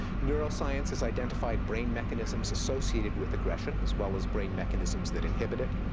neuroscience has identified brain mechanisms associated with aggression, as well as brain mechanisms that inhibit it.